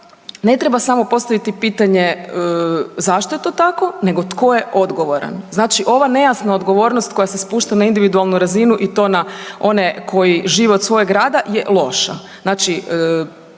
ne treba samo postaviti pitanje zašto je to tako nego tko je odgovaran. Znači ova nejasna odgovornost koja se spušta na individualnu razinu i to na one koji žive od svojeg rada je loš.